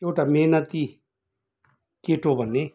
एउटा मिहिनेती केटो भन्ने